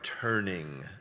turning